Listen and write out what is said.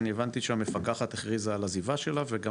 אני הבנתי שהמפקחת הכריזה על עזיבה שלה וגם